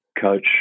coach